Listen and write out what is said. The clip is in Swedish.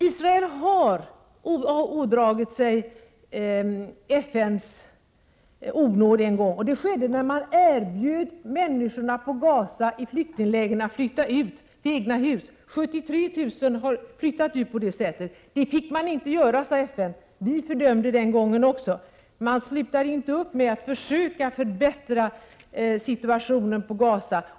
Israel har ådragit sig FN:s onåd en gång. Det skedde när man erbjöd människorna i flyktinglägren på Gaza möjlighet att flytta ut till egna hus. 73 000 flyktingar har flyttat ut på det sättet. Så får man inte göra, sade FN. Vi fördömde den gången också. Man slutar inte upp med att försöka förbättra situationen på Gaza.